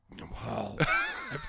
Wow